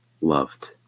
loved